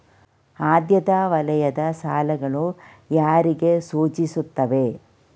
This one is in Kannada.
ಆದ್ಯತಾ ವಲಯದ ಸಾಲಗಳು ಯಾರಿಗೆ ಸೂಚಿಸುತ್ತವೆ?